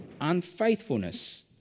unfaithfulness